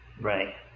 Right